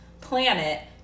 planet